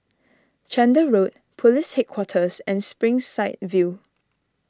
Chander Road Police Headquarters and Springside View